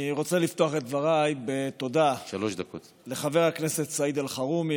אני רוצה לפתוח את דבריי בתודה לחבר הכנסת סעיד אלחרומי